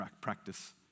practice